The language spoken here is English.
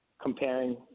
comparing